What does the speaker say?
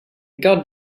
got